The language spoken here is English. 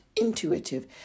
intuitive